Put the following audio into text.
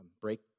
break